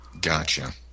Gotcha